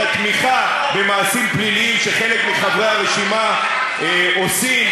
את התמיכה במעשים פליליים שחלק מחברי הרשימה עושים,